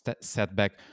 setback